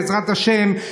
בעזרת השם,